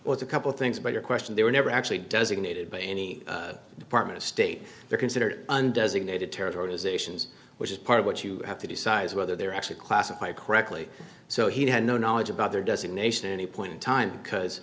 was a couple things but your question they were never actually does it needed by any department of state they're considered and designated terrorist organizations which is part of what you have to decide is whether they're actually classified correctly so he had no knowledge about their designation any point in time because